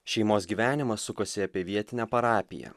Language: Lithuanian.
šeimos gyvenimas sukosi apie vietinę parapiją